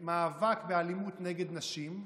מאבק באלימות נגד נשים,